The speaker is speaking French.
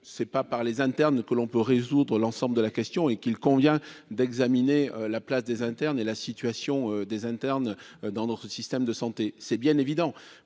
que c'est pas par les internes que l'on peut résoudre l'ensemble de la question et qu'il convient d'examiner la place des internes et la situation des internes dans dans ce système de santé, c'est bien évident,